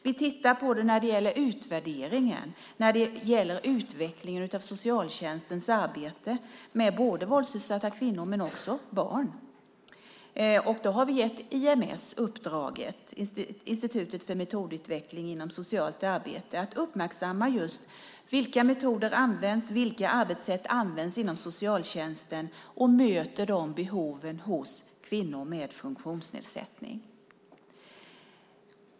Vi tittar på det när det gäller utvärderingen och utvecklingen av socialtjänstens arbete med våldsutsatta kvinnor och barn. Vi har gett IMS, Institutet för metodutveckling inom socialt arbete, uppdraget att uppmärksamma vilka metoder och arbetssätt som används inom socialtjänsten. Man möter de behoven hos kvinnor med funktionsnedsättning.